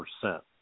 percent